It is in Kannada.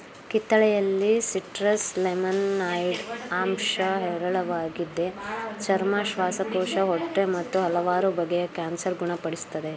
ಕಿತ್ತಳೆಯಲ್ಲಿ ಸಿಟ್ರಸ್ ಲೆಮನಾಯ್ಡ್ ಅಂಶ ಹೇರಳವಾಗಿದೆ ಚರ್ಮ ಶ್ವಾಸಕೋಶ ಹೊಟ್ಟೆ ಮತ್ತು ಹಲವಾರು ಬಗೆಯ ಕ್ಯಾನ್ಸರ್ ಗುಣ ಪಡಿಸ್ತದೆ